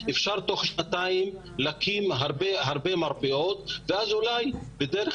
אפשר להקים תוך שנתיים הרבה מרפאות ואולי דרך